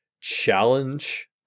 challenge